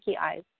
eyes